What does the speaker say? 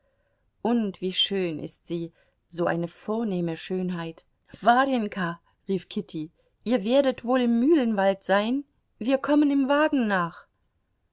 und wie schön ist sie so eine vornehme schönheit warjenka rief kitty ihr werdet wohl im mühlenwald sein wir kommen im wagen nach